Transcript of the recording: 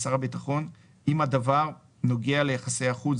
ואם הדבר נוגע ליחסי החוץ,